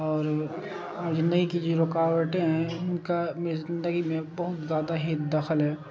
اور اور نئی کی ج رکاوٹیں ہیں ان کا میری زندگی میں بہت زیادہ ہی داخل ہے